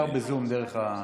חברות וחברי כנסת נכבדים,